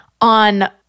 on